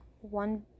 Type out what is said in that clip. one